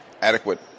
adequate